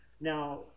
Now